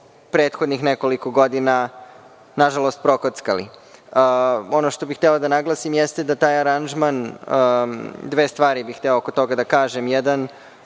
prethodnih nekoliko godina prokockali. Ono što bih hteo da naglasim jeste da taj aranžman, dve stvari bih hteo oko toga da kažem. Prva